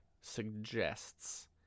suggests